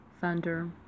thunder